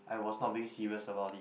I was not being serious about it